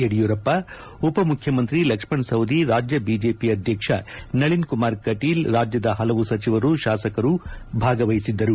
ಯಡಿಯೂರಪ್ಪ ಉಪಮುಖ್ಯಮಂತ್ರಿ ಲಕ್ಷ್ಮಣ ಸವದಿ ರಾಜ್ಯ ಬಿಜೆಪಿ ಅಧ್ವಕ್ಷ ನಳೀನ್ ಕುಮಾರ್ ಕಟೀಲ್ ರಾಜ್ಯದ ಪಲವು ಸಚಿವರು ಶಾಸಕರು ಭಾಗವಹಿಸಿದ್ದರು